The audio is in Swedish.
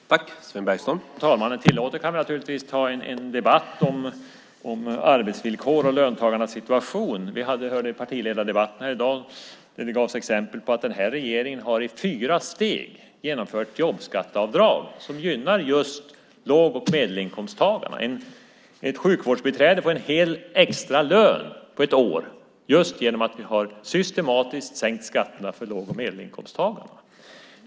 Herr talman! Om talmannen tillåter kan vi naturligtvis ta en debatt om arbetsvillkor och löntagarnas situation. I partiledardebatten i dag hörde vi att det gavs exempel på att den här regeringen i fyra steg har genomfört jobbskatteavdrag som gynnar just låg och medelinkomsttagarna. Ett sjukvårdsbiträde får en hel extra lön på ett år just genom att vi systematiskt har sänkt skatterna för låg och medelinkomsttagarna.